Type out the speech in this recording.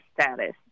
status